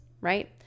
right